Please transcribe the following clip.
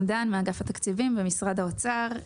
נעם דן מאגף התקציבים במשרד האוצר.